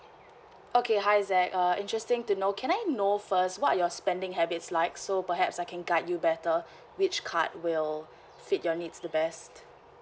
okay hi zack uh interesting to know can I know first what are your spending habits like so perhaps I can guide you better which card will fit your needs the best